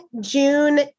June